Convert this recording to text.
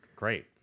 Great